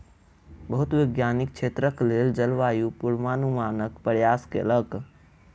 बहुत वैज्ञानिक क्षेत्रक लेल जलवायु पूर्वानुमानक प्रयास कयलक